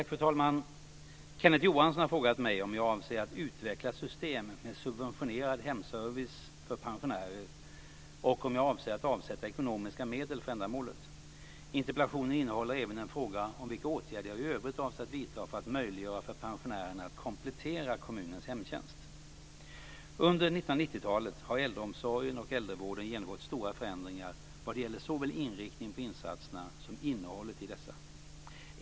Fru talman! Kenneth Johansson har frågat mig om jag avser att utveckla system med subventionerad hemservice för pensionärer och om jag avser att avsätta ekonomiska medel för ändamålet. Interpellationen innehåller även en fråga om vilka åtgärder jag i övrigt avser att vidta för att möjliggöra för pensionärerna att komplettera kommunens hemtjänst. Under 1990-talet har äldreomsorgen och äldrevården genomgått stora förändringar vad gäller såväl inriktningen på insatserna som innehållet i dessa.